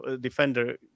defender